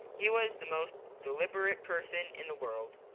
he was the most deliberate person in the world,